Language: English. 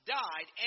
died